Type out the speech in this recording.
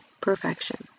perfection